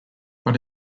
but